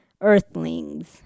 earthlings